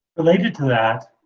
related to that,